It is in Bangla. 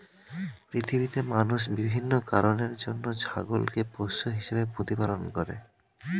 পৃথিবীতে মানুষ বিভিন্ন কারণের জন্য ছাগলকে পোষ্য হিসেবে প্রতিপালন করে